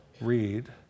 read